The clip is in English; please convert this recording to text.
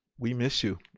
we miss you,